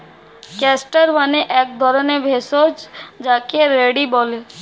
castor মানে এক ধরণের ভেষজ যাকে রেড়ি বলে